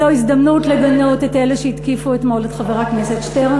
זו הזדמנות לגנות את אלה שהתקיפו אתמול את חבר הכנסת שטרן,